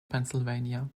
pennsylvania